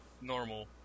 normal